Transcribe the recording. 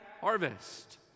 harvest